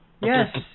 yes